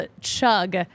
chug